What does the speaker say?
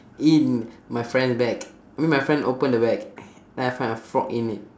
in my friend bag I mean my friend open the bag then I find a frog in it